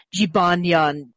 Jibanyan